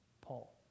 Paul